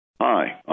Hi